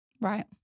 right